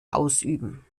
ausüben